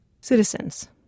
citizens